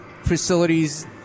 facilities